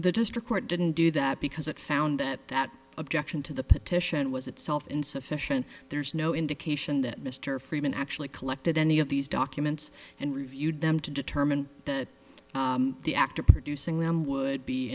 the district court didn't do that because it found that that objection to the petition was itself insufficient there's no indication that mr freeman actually collected any of these documents and reviewed them to determine that the act of producing them would be